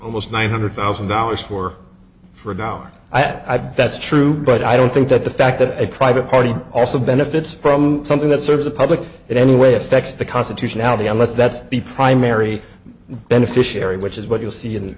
almost nine hundred thousand dollars for for an hour i doubt that's true but i don't think that the fact that a private party also benefits from something that serves the public in any way affects the constitutionality unless that's the primary beneficiary which is what you'll see an